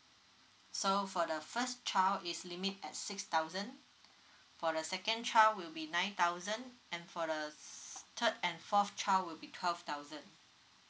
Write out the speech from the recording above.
so for the first child is limit at six thousand for the second child will be nine thousand and for the third and fourth child will be twelve thousand